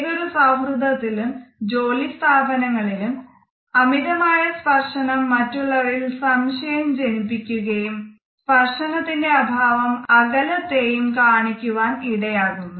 ഏതൊരു സൌഹൃദത്തിലും ജോലി സ്ഥാപനങ്ങളിലും അമിതമായ സ്പർശനം മറ്റുള്ളവരിൽ സംശയം ജനിപ്പിക്കുകയും സ്പർശനത്തിന്റെ അഭാവം അകലത്തെയും കാണിക്കുവാൻ ഇടയാകുന്നു